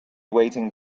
waiting